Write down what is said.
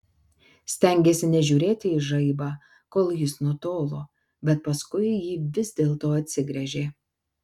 stengėsi nežiūrėti į žaibą kol jis nutolo bet paskui jį vis dėlto atsigręžė